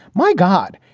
my god,